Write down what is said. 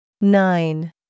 Nine